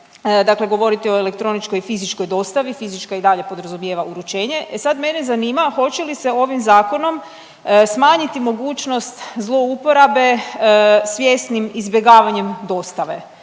dakle govorite o elektroničkoj i fizičkoj dostavi. Fizička i dalje podrazumijeva uručenje, e sad mene zanima hoće li se ovim zakonom smanjiti mogućnost zlouporabe svjesnim izbjegavanjem dostave?